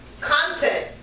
content